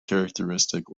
characteristic